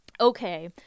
Okay